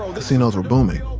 casinos were booming.